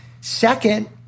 Second